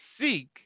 Seek